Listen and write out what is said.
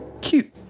cute